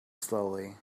slowly